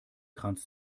kranz